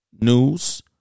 news